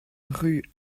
rue